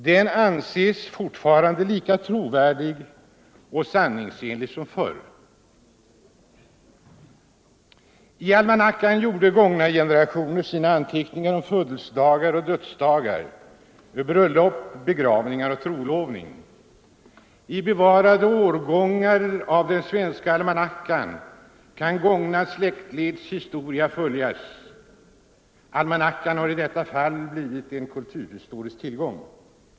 Den anses alltjämt lika trovärdig och sanningsenlig som förr. I almanackan gjorde gångna generationer sina anteckningar om födelsedagar och dödsdagar, bröllop, begravningar och trolovningar. I bevarade årgångar av den svenska almanackan kan gångna släktleds historia följas. Almanackan har i detta fall blivit en kulturhistorisk tillgång.